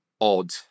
odd